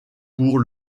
pour